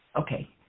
Okay